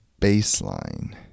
baseline